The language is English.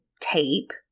tape